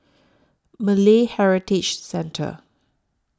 Malay Heritage Centre